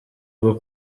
bwo